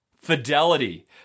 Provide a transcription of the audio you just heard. fidelity